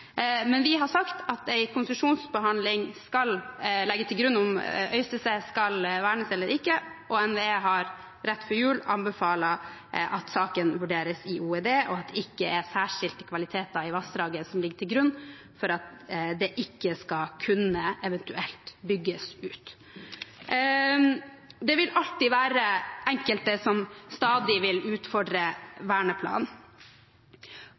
Men vi har sagt at en konsesjonsbehandling skal legges til grunn for om Øystesevassdraget skal vernes eller ikke, og NVE anbefalte rett før jul at saken vurderes i Olje- og energidepartementet, og at det ikke er særskilte kvaliteter i vassdraget, som ligger til grunn for at det ikke eventuelt skal kunne bygges ut. Det vil alltid være enkelte som stadig vil